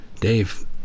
dave